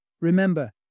Remember